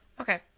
Okay